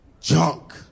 junk